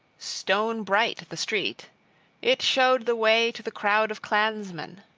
stone-bright the street it showed the way to the crowd of clansmen.